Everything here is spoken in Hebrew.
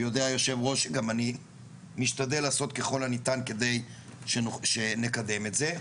ויודע היושב ראש שאני משתדל לעשות ככל הניתן כדי שנקדם את זה.